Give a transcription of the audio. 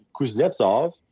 Kuznetsov